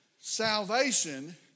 Salvation